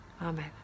Amen